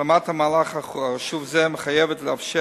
השלמת המהלך החשוב הזה מחייבת לאפשר